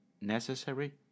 necessary